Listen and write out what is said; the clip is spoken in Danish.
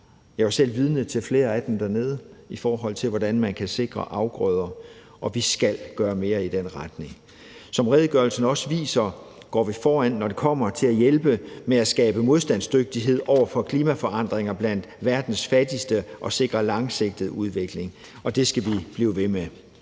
Jeg var selv vidne til flere af dem dernede, i forhold til hvordan man kan sikre afgrøder. Vi skal gøre mere i den retning. Som redegørelsen også viser, går vi foran, når det kommer til at hjælpe med at skabe modstandsdygtighed over for klimaforandringer blandt verdens fattigste og sikre langsigtet udvikling, og det skal vi blive ved med.